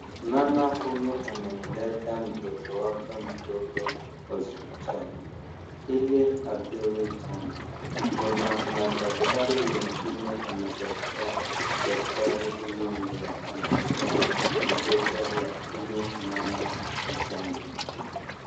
Mama huyu amemleta mtoto wake mdogo hospitali ili apewe chanjo, kuna madktari wengine anasaidia daktari huyu mwenye anapea mtoto wa huyu mama chanjo.